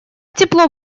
тепло